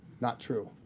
not true.